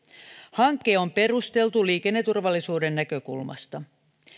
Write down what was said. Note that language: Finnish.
hanke on perusteltu liikenneturvallisuuden näkökulmasta